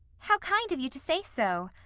how kind of you to say so,